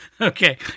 Okay